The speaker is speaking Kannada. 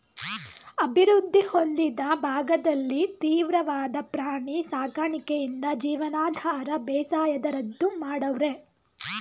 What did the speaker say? ಅಭಿವೃದ್ಧಿ ಹೊಂದಿದ ಭಾಗದಲ್ಲಿ ತೀವ್ರವಾದ ಪ್ರಾಣಿ ಸಾಕಣೆಯಿಂದ ಜೀವನಾಧಾರ ಬೇಸಾಯನ ರದ್ದು ಮಾಡವ್ರೆ